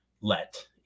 let